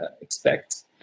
expect